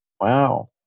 Wow